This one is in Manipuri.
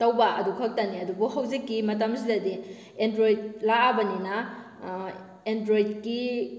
ꯇꯧꯕ ꯑꯗꯨ ꯈꯛꯇꯅꯤ ꯑꯗꯨꯕꯨ ꯍꯧꯖꯤꯛꯀꯤ ꯃꯇꯝꯁꯤꯗꯗꯤ ꯑꯦꯟꯗ꯭ꯔꯣꯏꯗ ꯂꯥꯛꯂꯕꯅꯤꯅ ꯑꯦꯟꯗ꯭ꯔꯣꯏꯗꯀꯤ